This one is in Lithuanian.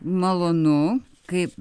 malonu kaip